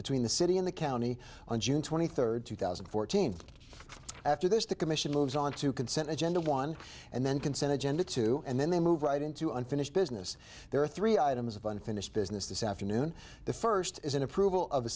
between the city in the county on june twenty third two thousand and fourteen after this the commission moves onto consent agenda one and then consented genda two and then they move right into unfinished business there are three items of unfinished business this afternoon the first is an approval of the